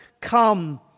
come